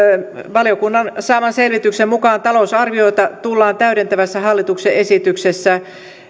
valiokunnan saaman selvityksen mukaan talousarviota tullaan täydentävässä hallituksessa esityksessä